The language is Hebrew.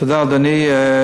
תודה, אדוני.